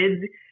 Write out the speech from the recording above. kids